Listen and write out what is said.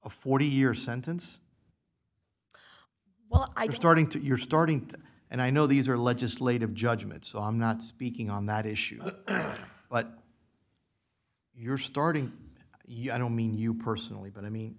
a forty year sentence well i'm starting to you're starting to and i know these are legislative judgment so i'm not speaking on that issue but you're starting you i don't mean you personally but i mean